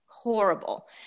horrible